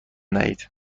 دهید